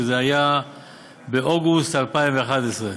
שזה היה באוגוסט 2011,